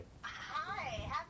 Hi